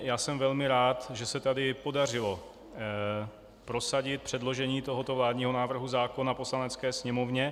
Já jsem velmi rád, že se tady podařilo prosadit předložení tohoto vládního návrhu zákona Poslanecké sněmovně.